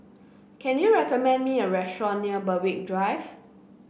can you recommend me a restaurant near Berwick Drive